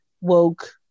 woke